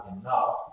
enough